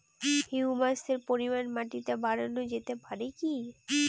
হিউমাসের পরিমান মাটিতে বারানো যেতে পারে কি?